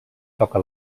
toca